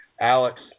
Alex